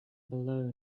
below